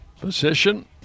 position